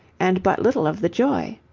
and but little of the joy.